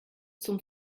zum